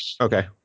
Okay